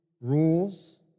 rules